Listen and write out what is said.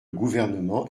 gouvernement